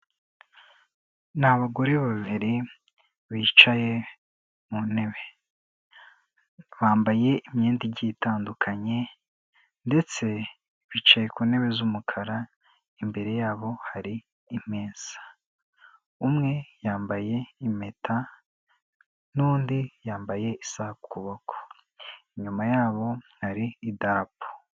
Ni abagore babiri bicaye mu ntebe, bambaye imyenda igiye itandukanye ndetse bicaye ku ntebe z'umukara imbere yabo hari imeza, umwe yambaye impeta n'undi yambaye isaha ku kuboko, inyuma yabo hari idarapo.